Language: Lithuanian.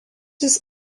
jis